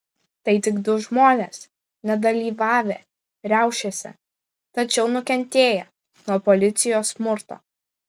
tai tik du žmonės nedalyvavę riaušėse tačiau nukentėję nuo policijos smurto